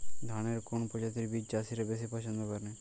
ধানের কোন প্রজাতির বীজ চাষীরা বেশি পচ্ছন্দ করে?